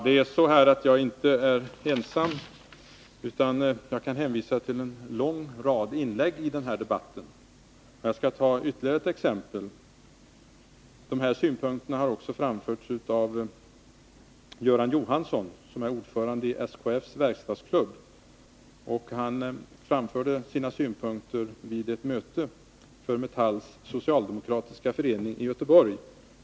Fru talman! Jag är inte ensam, jag kan hänvisa till en lång rad inlägg under den här debatten. Jag skall ta ytterligare ett exempel. Samma synpunkter har framförts av Göran Johansson, som är ordförande i SKF:s verkstadsklubb, vid ett möte för Metalls socialdemokratiska förening i Göteborg.